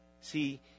See